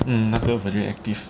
mm 那个 Virgin Active